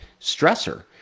stressor